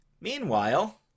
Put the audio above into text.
Meanwhile